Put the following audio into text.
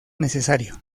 necesario